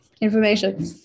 information